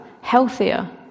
healthier